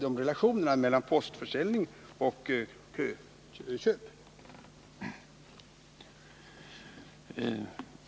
Men relationerna mellan postförsäljning och kö-köp kan naturligtvis varieras.